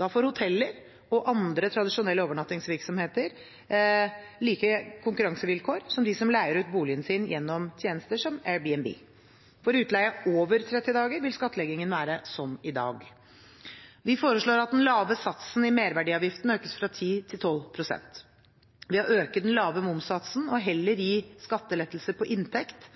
Da får hoteller og andre tradisjonelle overnattingsvirksomheter like konkurransevilkår som de som leier ut boligen sin gjennom tjenester som Airbnb. For utleie over 30 dager vil skattleggingen være som i dag. Vi foreslår at den lave satsen i merverdiavgiften økes fra 10 til 12 pst. Ved å øke den lave momssatsen og heller gi skattelettelser på inntekt,